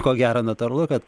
ko gero natūralu kad